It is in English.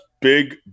big